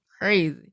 crazy